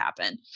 happen